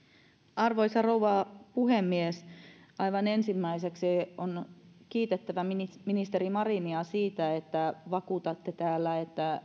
arvoisa rouva puhemies aivan ensimmäiseksi on kiitettävä ministeri marinia siitä että vakuutatte täällä että